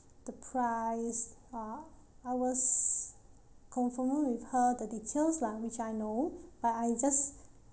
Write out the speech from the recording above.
the price uh I was confirming with her the details lah which I know but I just